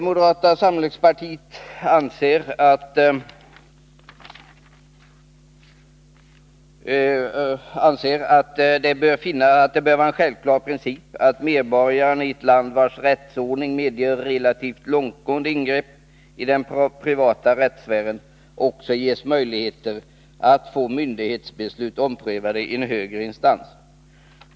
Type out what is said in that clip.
Moderata samlingspartiet anser att det bör vara en självklar princip att medborgarna i ett land, vars rättsordning medger relativt långtgående ingrepp i den privata rättssfären, också ges möjligheter att få myndigheters 141 beslut omprövade i en högre instans.